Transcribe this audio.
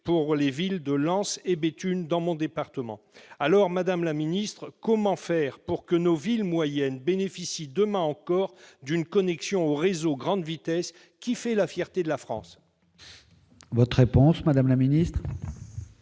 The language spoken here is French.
TGV des villes de Lens et de Béthune dans mon département. Madame la ministre, comment faire pour que nos villes moyennes bénéficient, demain encore, d'une connexion au réseau grande vitesse qui fait la fierté de la France ? La parole est à Mme la ministre.